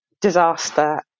disaster